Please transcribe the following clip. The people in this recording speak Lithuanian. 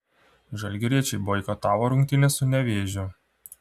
žalgiriečiai boikotavo rungtynes su nevėžiu